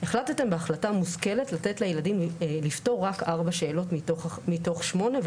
החלטתם בהחלטה מושכלת לתת לילדים לפתור רק ארבע שאלות מתוך שמונה,